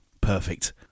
Perfect